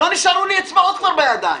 לא נשארו לי אצבעות כבר בידיים.